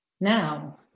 now